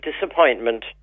disappointment